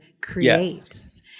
creates